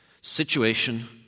Situation